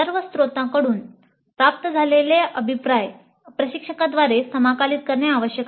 सर्व स्त्रोतांकडून प्राप्त झालेला अभिप्राय प्रशिक्षकाद्वारे समाकलित करणे आवश्यक आहे